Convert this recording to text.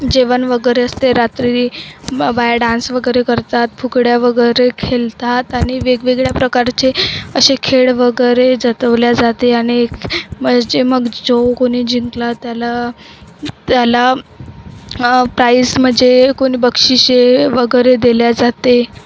जेवण वगैरे असते रात्री ब बाहेर डान्स वगैरे करतात फुगड्या वगैरे खेळतात आणि वेगवेगळ्या प्रकारचे असे खेळ वगैरे जतवल्या जाते आणि म्हणजे मग जो कोणी जिंकला त्याला त्याला प्राईस म्हणजे कोणी बक्षिसे वगैरे दिले जाते